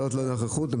עזוב נוכחות,